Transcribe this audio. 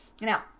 now